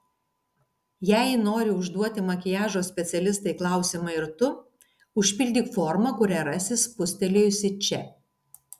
jei nori užduoti makiažo specialistei klausimą ir tu užpildyk formą kurią rasi spustelėjusi čia